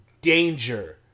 Danger